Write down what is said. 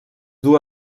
duu